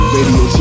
Radio